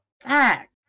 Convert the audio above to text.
fact